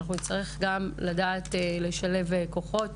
אנחנו נצטרך גם לדעת לשלב כוחות